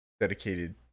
dedicated